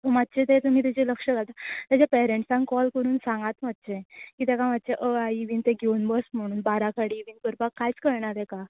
मात्शें तें तुमी ताजेर लक्ष घालता तेजे पॅरणसांक कॉल करून सांगात मात्शें की ताका मात्शें अ आ इ बीन तें घेवन बस म्हुणून बाराखडी बीन करपाक कांयच कळना ताका